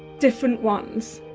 different ones